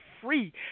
free